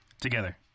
Together